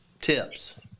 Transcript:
tips